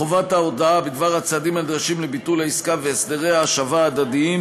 חובת ההודעה בדבר הצעדים הנדרשים לביטול העסקה והסדרי ההשבה ההדדיים